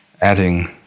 adding